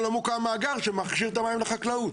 לא מוקם מאגר שמכשיר את המים לחקלאות.